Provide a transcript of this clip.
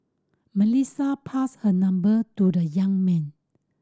Melissa passed her number to the young man